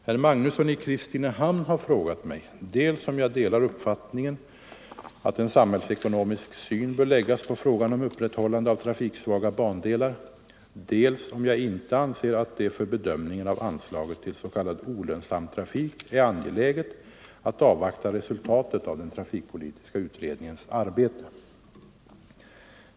Herr Magnusson i Kristinehamn har frågat mig dels om jag delar uppfattningen att en samhällsekonomisk syn bör läggas på frågan om upprätthållande av trafiksvaga bandelar, dels om jag inte anser att det, för bedömningen av anslaget till s.k. olönsam trafik, är angeläget att avvakta resultatet av den trafikpolitiska utredningens arbete.